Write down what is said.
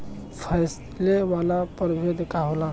फैले वाला प्रभेद का होला?